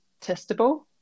testable